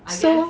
so